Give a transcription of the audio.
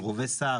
על רובי סער,